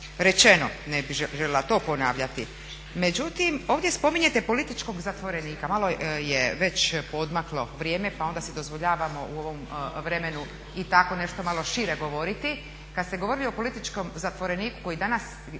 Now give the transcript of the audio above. rečeno, ne bi željela to ponavljati. Međutim, ovdje spominjete političkog zatvorenika, malo je već podmaklo vrijeme pa onda si dozvoljavamo u ovom vremenu i tako nešto malo šire govoriti. Kad ste govorili o političkom zatvoreniku koji danas